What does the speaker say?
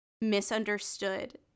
misunderstood